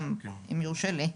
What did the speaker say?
אם יורשה לי,